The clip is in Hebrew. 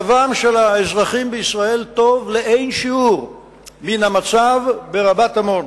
מצבם של האזרחים בישראל טוב לאין שיעור מן המצב ברבת-עמון.